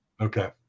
Okay